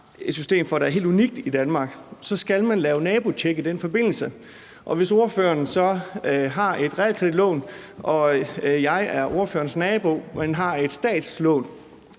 et system for, der er helt unikt i Danmark, skal man i den forbindelse lave nabotjek, og hvis ordføreren så har et realkreditlån, og jeg er ordførerens nabo, men har et statslån,